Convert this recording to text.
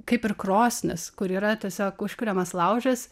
kaip ir krosnis kur yra tiesiog užkuriamas laužas